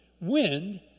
wind